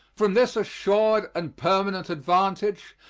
from this assured and permanent advantage,